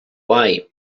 why